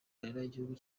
igihugu